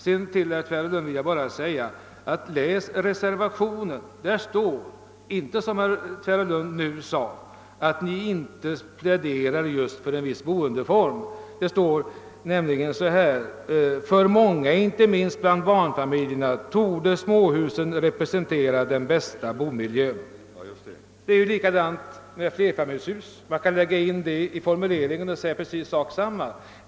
Sedan vill jag säga till herr Nilsson: Läs reservationen 2 där det inte står såsom herr Nilsson i Tvärålund nu sade, nämligen att ni inte pläderar just för en viss boendeform. Där står: »För många, inte minst bland barnfamiljerna, torde småhusen representera den: bästa bomiljön.» || Många gånger är det likadant med flerfamiljshus. Man kan lägga in dem i formuleringen och säga precis samma sak.